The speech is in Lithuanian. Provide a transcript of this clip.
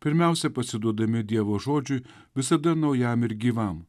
pirmiausia pasiduodami dievo žodžiui visada naujam ir gyvam